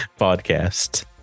podcast